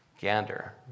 Gander